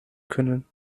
können